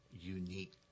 unique